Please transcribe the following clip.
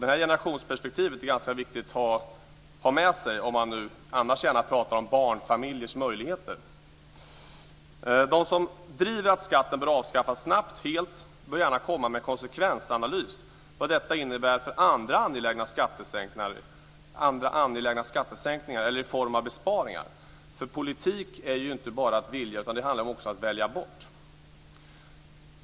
Det generationsperspektivet är viktigt att ha med sig när man annars gärna talar om barnfamiljers möjligheter. De som driver att skatten bör avskaffas helt snabbt bör gärna komma med en konsekvensanalys av vad detta innebär för andra angelägna skattesänkningar eller i form av besparingar. Politik är inte bara att vilja, utan det handlar också om att välja bort.